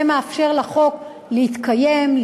זה מאפשר לחוק להתקיים,